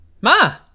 Ma